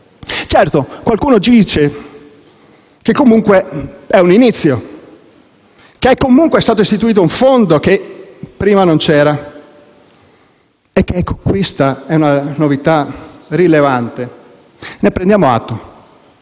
Qualcuno dice che, comunque, è un inizio e che è stato istituito un fondo che prima non c'era. Questa è una novità rilevante. Ne prendiamo atto.